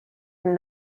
and